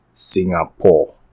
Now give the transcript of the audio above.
Singapore